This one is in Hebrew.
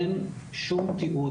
אין שום תיעוד,